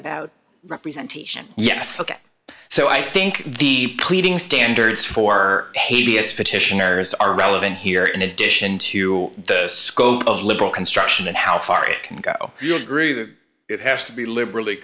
about representation yes so i think the pleading standards for haiti is petitioners are relevant here in addition to the scope of liberal construction and how far it can go through it has to be liberally